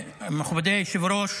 מכובדי היושב-ראש,